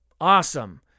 Awesome